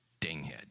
dinghead